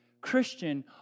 Christian